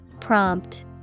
Prompt